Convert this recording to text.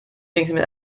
wenigstens